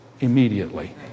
immediately